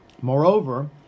moreover